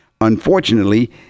Unfortunately